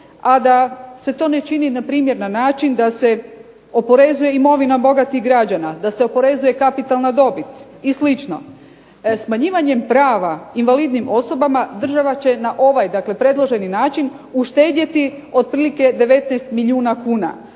a da se to ne čini npr. na način da se oporezuje imovina bogatih građana, da se oporezuje kapitalna dobit i slično. Smanjivanjem prava invalidnim osobama, država će na ovaj, dakle predloženi način uštedjeti otprilike 19 milijuna kuna,